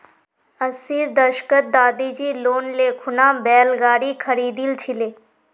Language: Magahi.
अस्सीर दशकत दादीजी लोन ले खूना बैल गाड़ी खरीदिल छिले